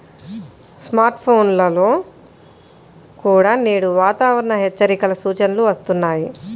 smart ఫోన్లలో కూడా నేడు వాతావరణ హెచ్చరికల సూచనలు వస్తున్నాయి